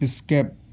escape